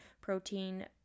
protein